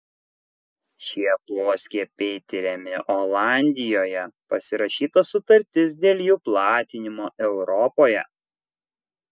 šie poskiepiai tiriami olandijoje pasirašyta sutartis dėl jų platinimo europoje